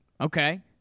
Okay